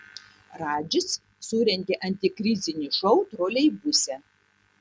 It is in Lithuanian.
radžis surengė antikrizinį šou troleibuse